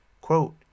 Quote